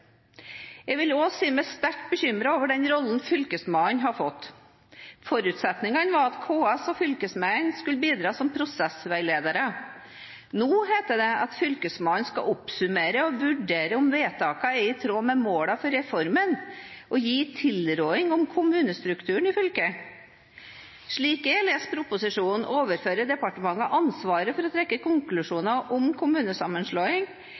Jeg vil også si jeg er sterkt bekymret over den rollen fylkesmannen har fått. Forutsetningene var at KS og fylkesmennene skulle bidra som prosessveiledere. Nå heter det at Fylkesmannen skal oppsummere og vurdere om vedtakene er i tråd med målene for reformen og gi en tilråding om kommunestrukturen i fylket. Slik jeg leser proposisjonen, overfører departementet ansvaret for å trekke konklusjoner om kommunesammenslåing